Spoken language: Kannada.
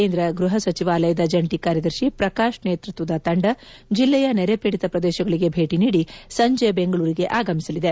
ಕೇಂದ್ರ ಗೃಪ ಸಚಿವಾಲಯದ ಜಂಟಿ ಕಾರ್ಯದರ್ತಿ ಪ್ರಕಾಶ್ ನೇತೃತ್ತದ ತಂಡ ಜಿಲ್ಲೆಯ ನೆರೆ ಪೀಡಿತ ಪ್ರದೇಶಗಳಿಗೆ ಭೇಟಿ ನೀಡಿ ಸಂಜೆ ಬೆಂಗಳೂರಿಗೆ ಆಗಮಿಸಲಿದೆ